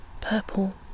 purple